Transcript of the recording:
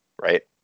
right